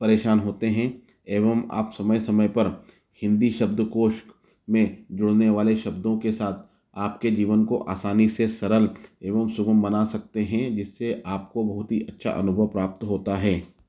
परेशान होते हैं एवं आप समय समय पर हिन्दी शब्द कोश में जुड़ने वाले शब्दों के साथ आपके जीवन को आसानी से सरल एवं सुगम बना सकते हैं जिससे आपको बहुत ही अच्छा अनुभव प्राप्त होता है